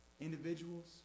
individuals